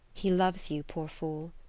he loves you, poor fool.